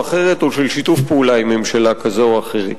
אחרת או של שיתוף פעולה עם ממשלה כזו או אחרת.